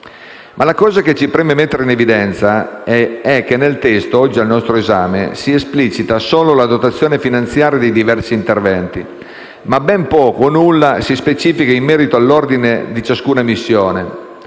Ma la cosa che mi preme mettere in evidenza è che nel testo oggi al nostro esame si esplicita solo la dotazione finanziaria dei diversi interventi, ma ben poco o nulla si specifica in merito all'ordine di ciascuna missione,